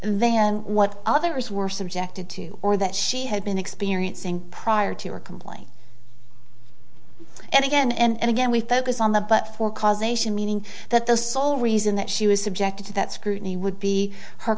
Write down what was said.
than what others were subjected to or that she had been experiencing prior to her complaint and again and again we focus on the but for causation meaning that the sole reason that she was subjected to that scrutiny would be her